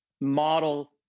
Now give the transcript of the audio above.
model